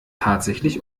tatsächlich